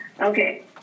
Okay